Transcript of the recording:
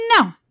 No